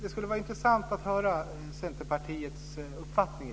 Det skulle vara intressant att höra Centerpartiets uppfattning.